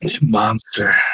monster